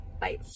Bye